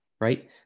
right